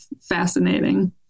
fascinating